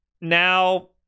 Now